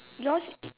yours